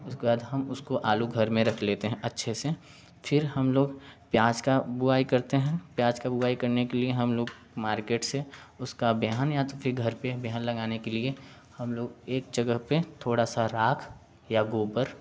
उसके बाद हम उसको आलू घर में रख लेते हैं अच्छे से फिर हम लोग प्याज का बुआई करते हैं प्याज का बुआई करने के लिए हम लोग मार्केट से उसका बेहन या तो फिर घर पे बेहन लगाने के लिए हम लोग एक जगह पे थोड़ा सा राख या गोबर